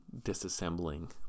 disassembling